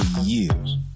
years